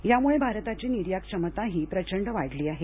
यामुळं भारताची निर्यात क्षमताही प्रचंड वाढली आहे